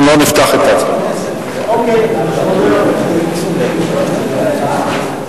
ביטוח בריאות ממלכתי (תיקון מס' 50),